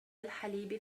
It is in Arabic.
الحليب